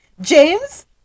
James